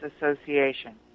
Association